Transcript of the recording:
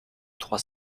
trois